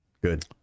Good